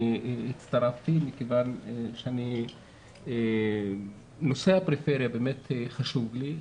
אני הצטרפתי מכיוון שנושא הפריפריה באמת חשוב לי,